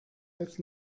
jetzt